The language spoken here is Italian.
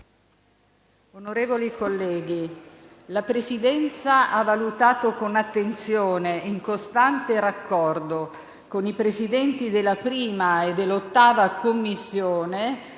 Onorevoli colleghi, la Presidenza ha valutato con attenzione, in costante raccordo con i Presidenti delle Commissioni